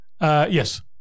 Yes